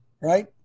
right